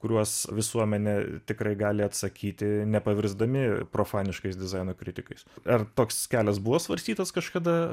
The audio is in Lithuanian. kuriuos visuomenė tikrai gali atsakyti nepavirsdami profaniškais dizaino kritikais ar toks kelias buvo svarstytas kažkada